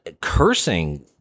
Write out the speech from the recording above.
cursing